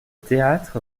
théâtre